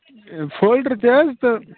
یہِ فولڈَر تہِ حظ تہٕ